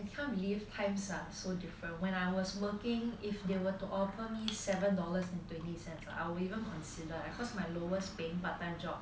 I can't believe times are so different when I was working if they were to offer me seven dollars and twenty cents ah I won't even consider ah cause my lowest paying part time job